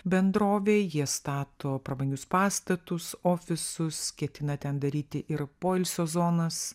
bendrovė jie stato prabangius pastatus ofisus ketina ten daryti ir poilsio zonas